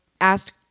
asked